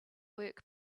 work